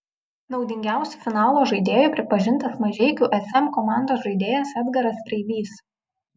naudingiausiu finalo žaidėju pripažintas mažeikių sm komandos žaidėjas edgaras preibys